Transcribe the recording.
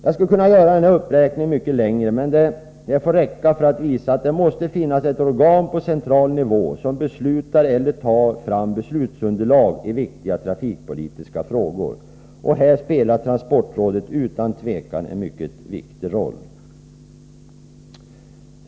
Jag skulle kunna göra uppräkningen mycket längre, men detta får räcka för att visa att det måste finnas ett organ på central nivå som beslutar eller tar fram beslutsunderlag i viktiga trafikpolitiska frågor. Här spelar transportrådet utan tvivel en mycket viktig roll.